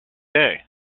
day